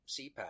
CPAP